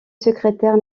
secrétaire